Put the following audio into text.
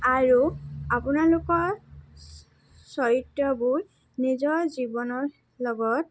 আৰু আপোনালোকক চৰিত্ৰবোৰ নিজৰ জীৱনৰ লগত